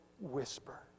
whisper